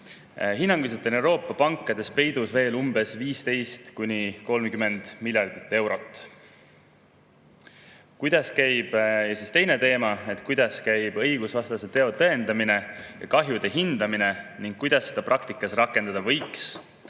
Hinnanguliselt on Euroopa pankades peidus veel 15–30 miljardit eurot. Teine teema: kuidas käib õigusvastase teo tõendamine, kahjude hindamine ning kuidas seda praktikas rakendada võiks,